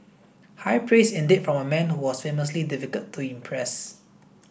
high praise indeed from a man who was famously difficult to impress